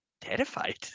terrified